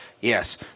Yes